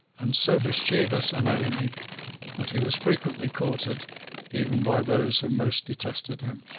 and so mischievous an enemy that he was frequently courted even by those who most detested him.